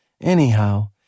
Anyhow